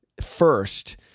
first